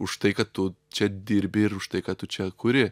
už tai kad tu čia dirbi ir už tai ką tu čia kuri